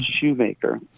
shoemaker